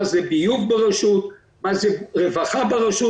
מה זה רווחה ברשות,